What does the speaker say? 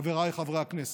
חבריי חברי הכנסת,